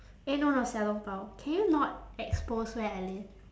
eh no no 小笼包 can you not expose where I live